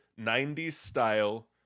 90s-style